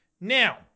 Now